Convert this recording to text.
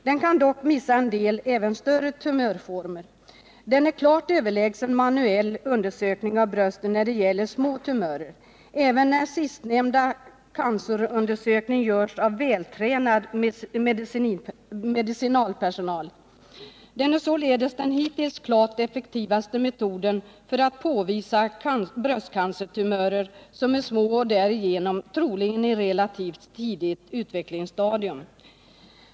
Den kan dock missa en del, även större tumörformer. Den är klart överlägsen manuell undersökning av brösten när det gäller små tumörer, även när sistnämnda Nr 48 cancerundersökning görs av vältränad medicinalpersonal. Den är således den hittills klart effektivaste metoden för att påvisa brösteancertumörer som är små och därigenom troligen i relativt tidigt utvecklingsstadium.